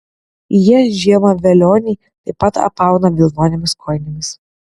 jie žiemą velionį taip pat apauna vilnonėmis kojinėmis